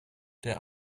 der